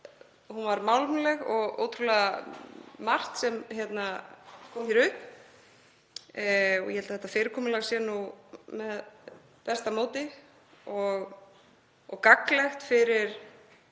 var málefnaleg og ótrúlega margt sem kom hér upp. Ég held að þetta fyrirkomulag sé með besta móti og gagnlegt fyrir